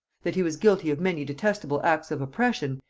that he was guilty of many detestable acts of oppression,